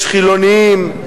יש חילונים,